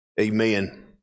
Amen